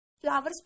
Flowers